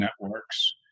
networks